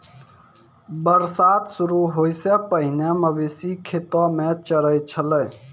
बरसात शुरू होय सें पहिने मवेशी खेतो म चरय छलै